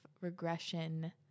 regression